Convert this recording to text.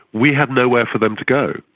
we have nowhere for them to go.